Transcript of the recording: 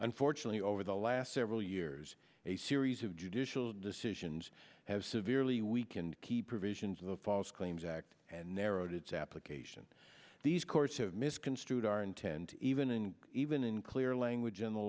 unfortunately over the last several years a series of judicial decisions have severely weakened key provisions of the false claims act and narrowed its application these courts have misconstrued our intent even in even in clear language in